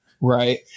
Right